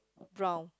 brown